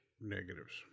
negatives